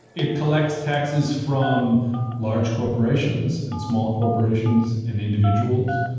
it collects taxes from large corporations, and small corporations, and individuals.